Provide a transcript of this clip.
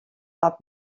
dat